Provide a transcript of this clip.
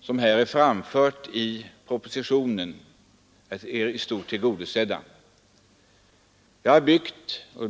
som framförts i propositionen i stort sett tillgodosett moderata samlingspartiet.